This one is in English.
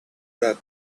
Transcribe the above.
that